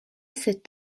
cet